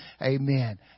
Amen